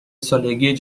سالگی